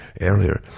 earlier